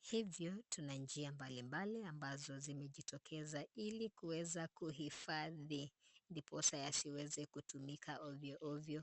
Hivyo, tuna njia mbalimbali ambazo zimejitokeza, ili kuweza kuhifadhi ndiposa yasiweze kutumika ovyoovyo.